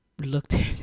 looked